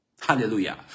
Hallelujah